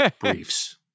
Briefs